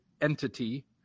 entity